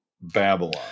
Babylon